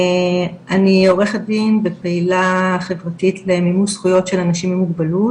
אני עורכת דין ופעילה חברתית למימוש זכויות של אנשים עם מוגבלות.